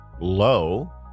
low